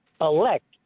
elect